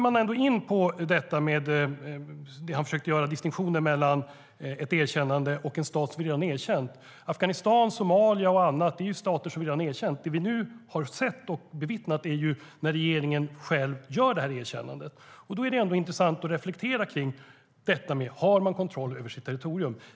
Han försökte göra distinktionen mellan ett erkännande och en stat som redan är erkänd. Afghanistan, Somalia och andra är ju stater som redan är erkända. Det vi nu har sett och bevittnat är att regeringen själv gör detta erkännande. Då är det intressant att reflektera över detta om man har kontroll över sitt territorium.